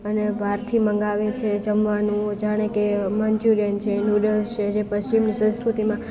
અને બહારથી મંગાવે છે જમવાનું જાણે કે મન્ચુરિયન છે નુડલ્સ છે જે પશ્ચિમી સંસ્કૃતિમાં